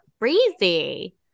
crazy